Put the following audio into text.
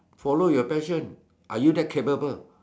follow your passion are you that capable